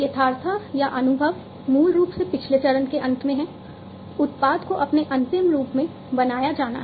यथार्थता या अनुभव मूल रूप से पिछले चरण के अंत में है उत्पाद को अपने अंतिम रूप में बनाया जाना है